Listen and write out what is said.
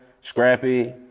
Scrappy